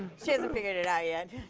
she hasn't figured it out yet.